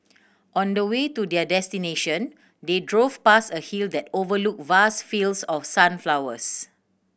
on the way to their destination they drove past a hill that overlooked vast fields of sunflowers